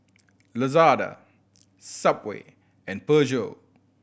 Lazada Subway and Peugeot